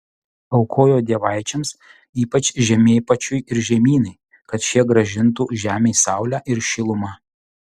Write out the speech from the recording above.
aukojo dievaičiams ypač žemėpačiui ir žemynai kad šie grąžintų žemei saulę ir šilumą